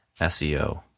SEO